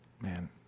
man